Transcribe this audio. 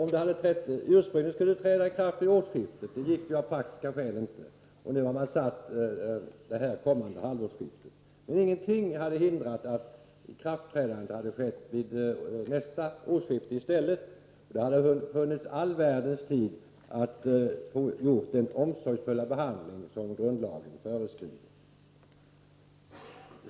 Ikraftträdandet skulle ske vid årsskiftet, men det gick av praktiska skäl inte. Nu har man utsatt ikräftträdandet till kommande halvårsskifte. Ingenting hade hindrat att ikraftträdandet skett vid nästa årsskifte. Då hade det funnits all världens tid att ge ärendet den omsorgsfulla behandling som grundlagen föreskriver.